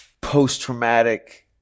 post-traumatic